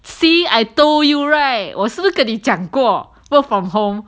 see I told you right 我是不是跟你讲过 work from home